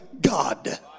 God